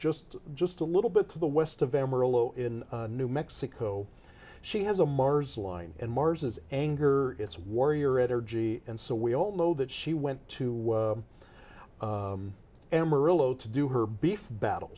just just a little bit to the west of amarillo in new mexico she has a mars line and mars is anger it's warrior energy and so we all know that she went to amarillo to do her beef battle